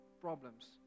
problems